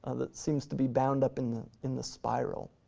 ah that seems to be bound up in the in the spiral.